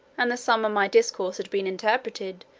and the sum of my discourse had been interpreted,